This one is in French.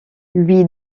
lui